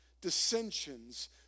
dissensions